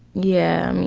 yeah.